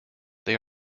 they